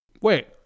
Wait